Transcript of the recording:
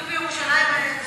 הפרקליטות בירושלים,